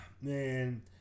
man